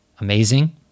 amazing